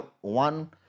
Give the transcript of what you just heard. one